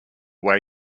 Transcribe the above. way